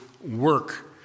work